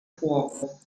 fuoco